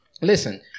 listen